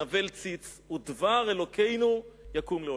נבל ציץ ודבר אלוקינו יקום לעולם".